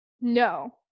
No